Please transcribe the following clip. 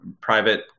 private